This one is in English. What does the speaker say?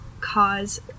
cause